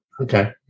okay